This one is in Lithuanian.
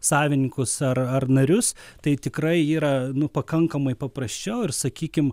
savininkus ar ar narius tai tikrai yra pakankamai paprasčiau ir sakykim